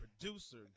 producer